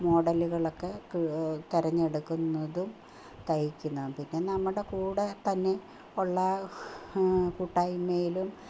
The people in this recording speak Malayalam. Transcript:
മോഡലുകളൊക്കെ തിരഞ്ഞെടുക്കുന്നതും തയ്ക്കുന്നതും പിന്നെ നമ്മുടെ കൂടെതന്നെ ഉള്ള കൂട്ടായ്മയിലും